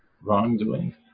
wrongdoing